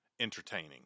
entertaining